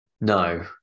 no